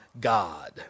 God